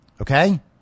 Okay